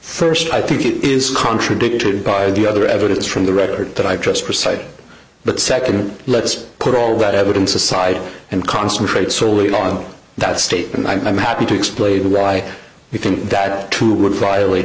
first i think it is contradicted by the other evidence from the record that i've just decided but nd let's put all that evidence aside and concentrate solely on that state and i'm happy to explain why we think that you would violate